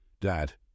Dad